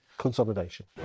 Consolidation